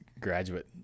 graduate